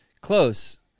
close